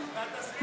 תסכימי,